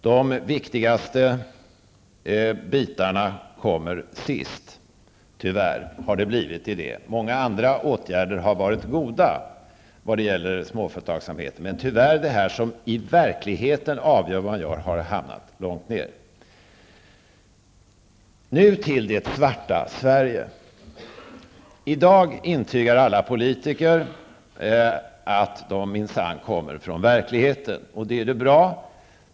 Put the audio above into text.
De viktigaste bitarna kommer tyvärr sist. Många åtgärder har varit goda för småföretagsverksamheten, men i verkligeten har man hamnat långt nere. Nu till det svarta Sverige. I dag intygar alla politiker att de minsann kommer från verkligheten, och det är ju bra.